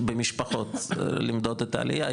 במשפחות, למדוד את העלייה.